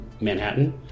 Manhattan